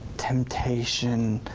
temptation,